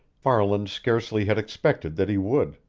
farland scarcely had expected that he would.